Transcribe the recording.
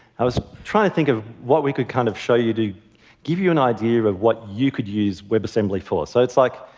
i was trying to think of what we could kind of show you to give you you an idea of of what you could use webassembly for. so it's, like,